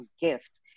gift